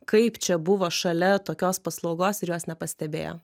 kaip čia buvo šalia tokios paslaugos ir jos nepastebėjo